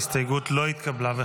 ההסתייגות לא התקבלה.